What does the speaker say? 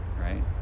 right